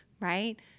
right